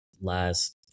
last